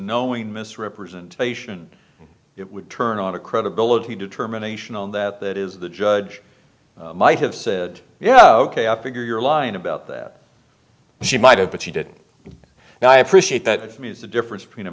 knowing misrepresentation it would turn on a credibility determination on that that is the judge might have said yeah ok oppegard you're lying about that she might have but she did and i appreciate that is the difference between a